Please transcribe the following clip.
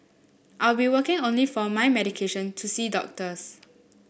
out be working only for my medication to see doctors